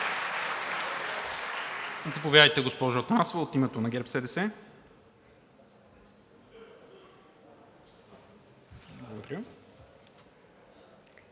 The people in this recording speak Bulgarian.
Благодаря